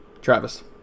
Travis